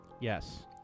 Yes